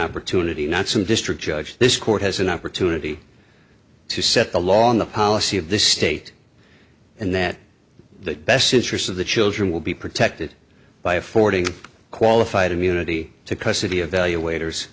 opportunity not some district judge this court has an opportunity to set the law on the policy of the state and that the best interests of the children will be protected by affording qualified immunity to custody evalu